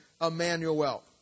Emmanuel